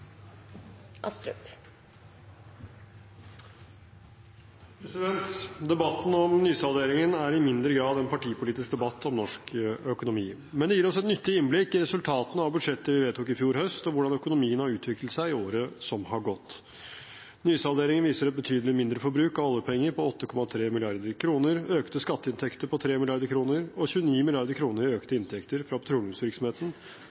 vedtatt. Debatten om nysalderingen er i mindre grad en partipolitisk debatt om norsk økonomi, men gir oss et nyttig innblikk i resultatene av budsjettet vi vedtok i fjor høst om hvordan økonomien har utviklet seg i året som har gått. Nysalderingen viser et betydelig mindreforbruk av oljepenger på 8,3 mrd. kr, økte skatteinntekter på 3 mrd. kr og 29 mrd. kr i økte